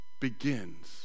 begins